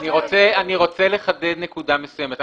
אני רוצה לחדד נקודה מסוימת.